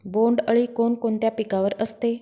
बोंडअळी कोणकोणत्या पिकावर असते?